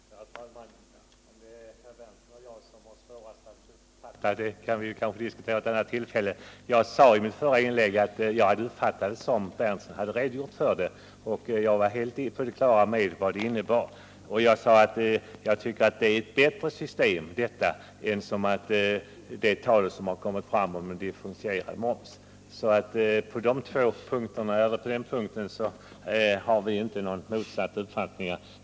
Herr talman! Om det är herr Berndtson eller jag som har svårast att fatta kan vi kanske diskutera vid ett annat tillfälle. Jag sade i mitt huvudanförande att Nils Berndtson hade redogjort för momseffekten och att jag var helt på det klara med vad den innebär. Jag sade också att jag tyckte att det nuvarande momssystemet är bättre än förslaget som förts fram om differentierad moms. På den punkten har vi inte motsatta uppfattningar.